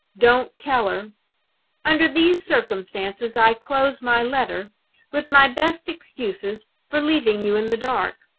don't tell her under these circumstances i close my letter with my best excuses for leaving you in the dark.